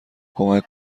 کمک